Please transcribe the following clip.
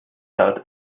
out